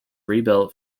rebuilt